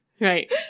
right